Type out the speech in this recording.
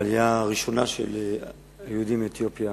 בעלייה הראשונה של היהודים מאתיופיה,